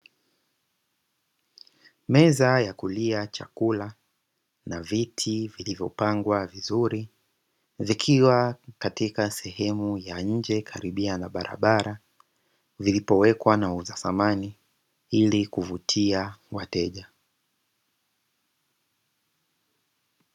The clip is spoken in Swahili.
Meza ya kulia chakula na viti vilivopangwa vizuri vikiwa katika sehemu ya nje karibia na barabara, vilipowekwa na wauza samani ili kuvutia wateja.